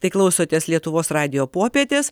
tai klausotės lietuvos radijo popietės